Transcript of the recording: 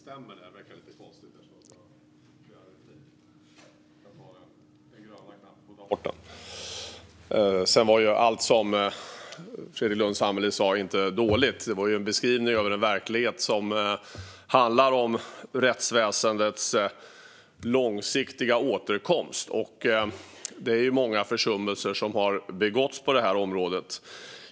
Fru talman! Det var inte så att allt som Fredrik Lundh Sammeli sa var dåligt. Det var ju en beskrivning av den verklighet som handlar om rättsväsendets långsiktiga återkomst. Det är många försummelser som har begåtts på det här området.